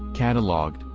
catalogued,